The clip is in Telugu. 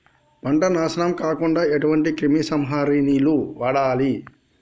పంట నాశనం కాకుండా ఎటువంటి క్రిమి సంహారిణిలు వాడాలి?